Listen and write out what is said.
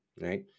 right